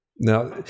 Now